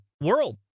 world